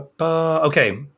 okay